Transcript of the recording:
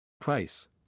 Price